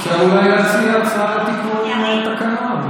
אפשר אולי להציע הצעה לתיקון התקנון.